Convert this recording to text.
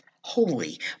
Holy